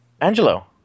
Angelo